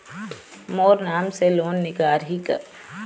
मोर नाम से लोन निकारिही का?